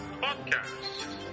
podcast